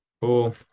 Cool